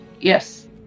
Yes